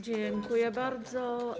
Dziękuję bardzo.